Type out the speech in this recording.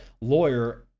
Lawyer